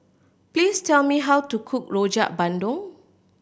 please tell me how to cook Rojak Bandung